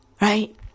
Right